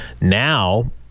now